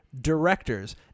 directors